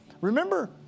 remember